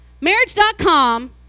marriage.com